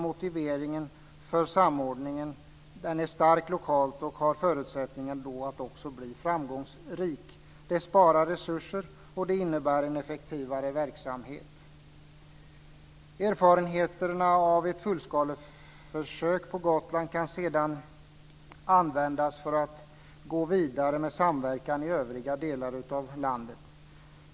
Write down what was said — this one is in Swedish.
Motiveringen för samordningen är stark lokalt, och den har förutsättningar att bli framgångsrik. Det sparar resurser och det innebär en effektivare verksamhet. Erfarenheterna av ett fullskaleförsök på Gotland kan sedan användas för att gå vidare med samverkan i övriga delar av landet.